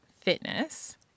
fitness